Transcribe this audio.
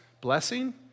blessing